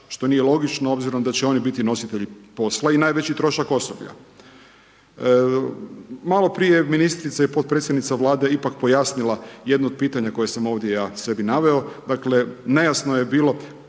što nije logično obzirom da će biti nositelji posla i najveći trošak osoblja. Malo prije ministrica i potpredsjednica Vlade je ipak pojasnila jedno od pitanja koje sam ovdje ja sebi naveo, dakle nejasno je bilo